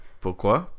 Pourquoi